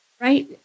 right